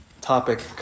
topic